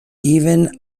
even